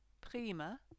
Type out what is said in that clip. prima